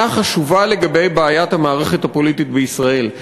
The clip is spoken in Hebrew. חשובה לגבי בעיית המערכת הפוליטית בישראל.